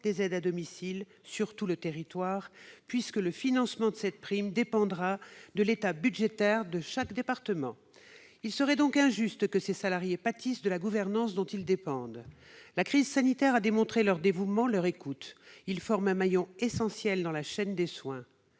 des aides à domicile sur tout le territoire puisque le financement de cette prime dépendra de l'état budgétaire de chaque département. Il serait donc injuste que ces salariés pâtissent de la gouvernance dont ils dépendent. La crise sanitaire a démontré leur dévouement, leur écoute ; ils forment un maillon essentiel dans la chaîne des soins.